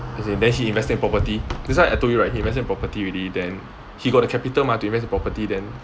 as in then he invested in property that's why I told you right he invested in property already then he got the capital mah to invest in property then